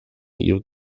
you’ve